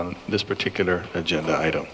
on this particular agenda item